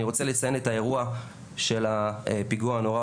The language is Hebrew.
אני רוצה לציין את האירוע של הפיגוע הנורא